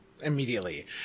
immediately